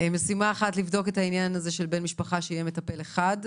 משימה אחת היא לבדוק את העניין הזה של בן משפחה שיהיה מטפל אחד,